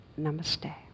Namaste